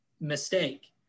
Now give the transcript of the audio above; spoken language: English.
mistake